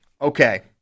Okay